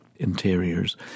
interiors